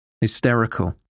Hysterical